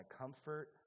comfort